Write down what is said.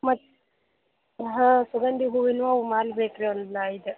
ಮತ್ತೆ ಹಾಂ ಸುಗಂಧಿ ಹೂವಿನವು ಅವು ಮಾಲೆ ಬೇಕರಿ ಒಂದು ಐದು